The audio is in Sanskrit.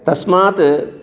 तस्मात्